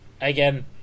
again